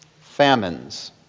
Famines